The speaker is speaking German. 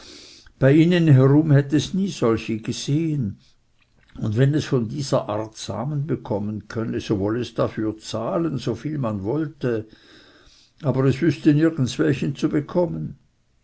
bei ihnen herum hätte es nie solche gesehen und wenn es von dieser art samen bekommen könnte so wollte es dafür zahlen so viel man wollte aber es wüßte nirgends welchen zu bekommen